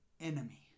enemy